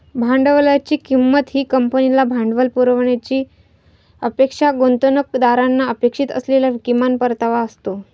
भांडवलाची किंमत ही कंपनीला भांडवल पुरवण्याची अपेक्षा गुंतवणूकदारांना अपेक्षित असलेला किमान परतावा असतो